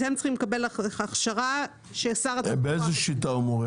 אז הם צריכים לקבל הכשרה ששר התחבורה --- באיזו שיטה הוא מורה,